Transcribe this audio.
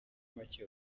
make